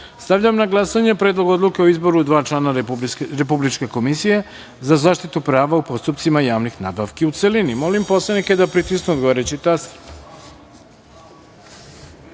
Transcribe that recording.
reda. Stavljam na glasanje Predlog odluke o izboru dva člana Republičke komisije za zaštitu prava u postupcima javnih nabavki, u celini. Molim narodne poslanike da pritisnu odgovarajući